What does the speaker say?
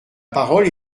parole